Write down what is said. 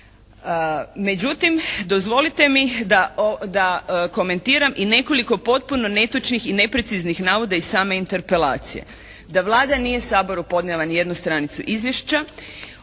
Međutim dozvolite mi da komentiram i nekoliko potpuno netočnih i nepreciznih navoda iz same interpelacije. Da Vlada nije Saboru podnijela ni jednu stranicu izvješća